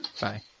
Bye